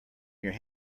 your